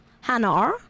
Hannah